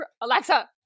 Alexa